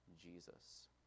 Jesus